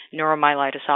neuromyelitis